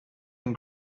and